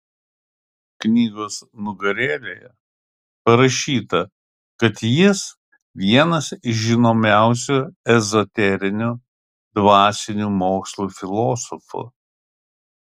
knygos nugarėlėje parašyta kad jis vienas iš žinomiausių ezoterinių dvasinių mokslų filosofų